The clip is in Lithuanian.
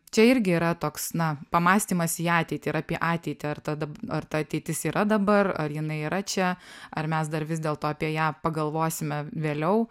čia irgi yra toks na pamąstymas į ateitį ir apie ateitį ar ta ar ta ateitis yra dabar ar jinai yra čia ar mes dar vis dėlto apie ją pagalvosime vėliau